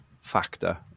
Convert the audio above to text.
factor